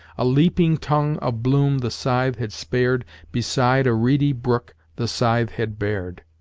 a leaping tongue of bloom the scythe had spared beside a reedy brook the scythe had bared.